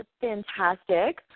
fantastic